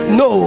no